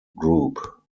group